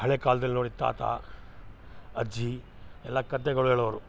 ಹಳೆಯ ಕಾಲ್ದಲ್ಲಿ ನೋಡಿ ತಾತ ಅಜ್ಜಿ ಎಲ್ಲ ಕಥೆಗಳ್ ಹೇಳೋರು